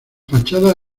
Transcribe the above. fachadas